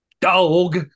dog